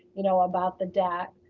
you know, about the debt,